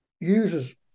uses